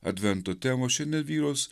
advento tema šiandien vyraus